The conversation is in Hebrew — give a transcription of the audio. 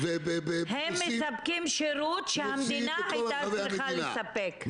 הם מספקים שרות שהמדינה הייתה צריכה לספק.